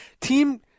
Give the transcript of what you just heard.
Team